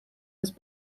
was